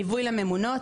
ליווי לממונות,